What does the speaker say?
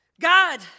God